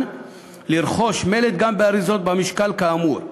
לרכוש מלט גם באריזות במשקל כאמור,